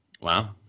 Wow